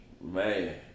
Man